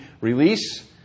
release